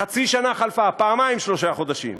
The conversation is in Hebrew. חצי שנה חלפה, פעמיים שלושה חודשים,